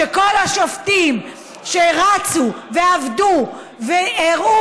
שכל השופטים שרצו ועבדו והראו